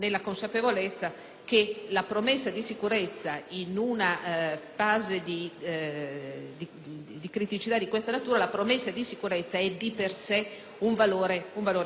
che la promessa di sicurezza in una fase di criticità di questa natura è di per sé un valore strutturale.